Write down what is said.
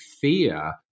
fear